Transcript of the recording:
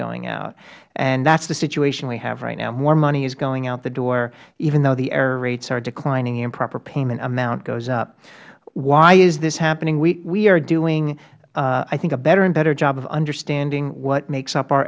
going out and that is the situation we have right now more money is going out the door even though the error rates are declining improper payment amount goes up why is this happening we are doing i think a better and better job of understanding what makes up our